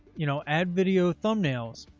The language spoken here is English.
you know, add video thumbnails,